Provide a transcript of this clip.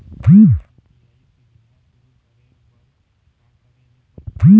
UPI सुविधा शुरू करे बर का करे ले पड़ही?